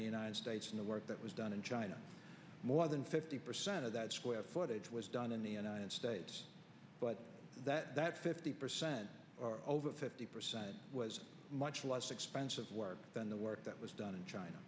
the united states and the work that was done in china more than fifty percent of that square footage was done in the united states but that that fifty percent over fifty percent was much less expensive than the work that was done in china